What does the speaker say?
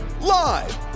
live